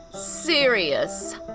serious